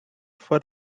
for